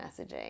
messaging